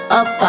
up